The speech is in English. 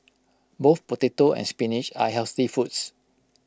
both potato and spinach are healthy foods